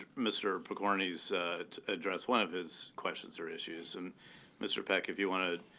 mr. pokorny's address one of his questions or issues. and mr. peck, if you want to